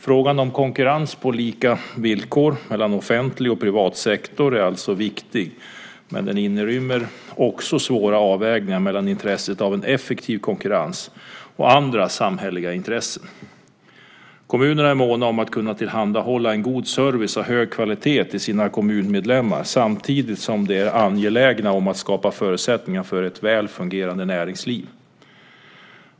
Frågan om konkurrens på lika villkor mellan offentlig och privat sektor är alltså viktig, men den inrymmer också svåra avvägningar mellan intresset av en effektiv konkurrens och andra samhälleliga intressen. Kommunerna är måna om att kunna tillhandahålla en god service av hög kvalitet till sina kommunmedlemmar samtidigt som de är angelägna om att skapa förutsättningar för ett väl fungerande näringsliv.